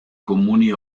comuni